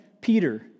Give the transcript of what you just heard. Peter